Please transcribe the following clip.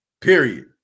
Period